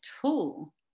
tool